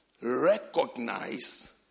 recognize